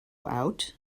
out